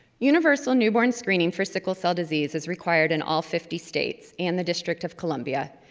universal newborn screening for sickle cell disease is required in all fifty states, and the district of columbia,